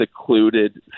secluded